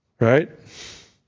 Right